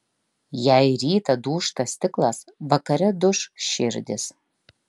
jei rytą dūžta stiklas vakare duš širdys